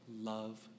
love